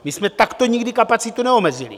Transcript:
My jsme takto nikdy kapacitu neomezili.